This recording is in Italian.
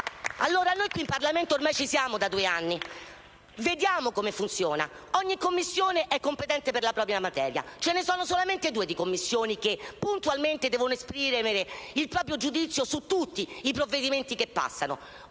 Gruppo M5S)*. In Parlamento ci siamo da due anni e vediamo come funziona: ogni Commissione è competente per la propria materia. Ce ne sono solo due di Commissioni che puntualmente devono esprimere il proprio parere su tutti i provvedimenti che passano: